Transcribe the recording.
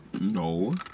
No